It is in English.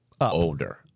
older